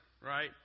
right